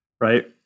right